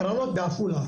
הקרנות בעפולה,